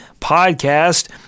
podcast